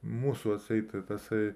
mūsų atseit tasai